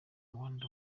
amanda